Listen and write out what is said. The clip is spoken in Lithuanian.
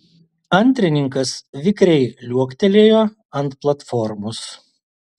antrininkas vikriai liuoktelėjo ant platformos